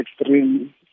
extreme